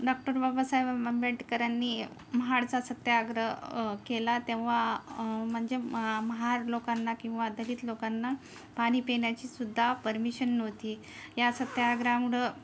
doctor Babasaheb आम आंबेडकरांनी महाडचा सत्याग्रह केला तेव्हा म्हणजे म महार लोकांना किंवा दलित लोकांना पाणी पिण्याची सुद्धा परमिशन नव्हती या सत्याग्रहामुळं